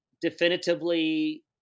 definitively